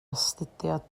astudio